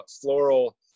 floral